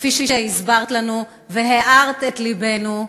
כפי שהסברת לנו והארת את לבנו,